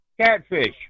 catfish